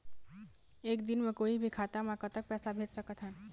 एक दिन म कोई भी खाता मा कतक पैसा भेज सकत हन?